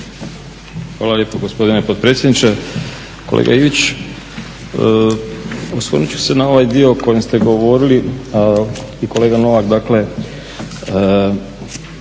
Hvala lijepo gospodine potpredsjedniče. Kolega Ivić osvrnut ću se na ovaj dio o kojem ste govorili i kolega Novak,